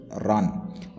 run